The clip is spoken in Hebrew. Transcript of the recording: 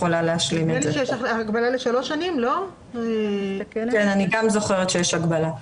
נדמה לי שיש הגבלה לשלוש שנים גם אני זוכרת שיש הגבלה.